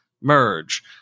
merge